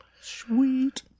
sweet